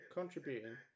contributing